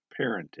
Parenting